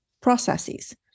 processes